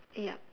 yup